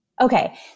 Okay